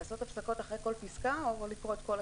הצעת חוק הגנת הצרכן (תיקון מס'